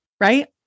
right